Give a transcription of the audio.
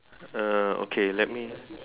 uh okay let me